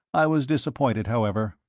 i was disappointed, however.